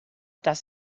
dass